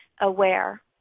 aware